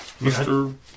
Mr